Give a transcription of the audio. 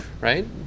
Right